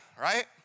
Right